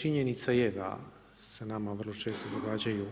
Činjenica je da se nama vrlo često događaju